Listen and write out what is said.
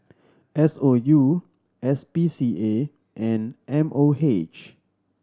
S O U S P C A and M O H